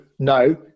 No